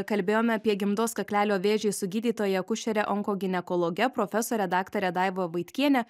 kalbėjome apie gimdos kaklelio vėžį su gydytoja akušere onkoginekologe profesore daktare daiva vaitkiene